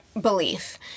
belief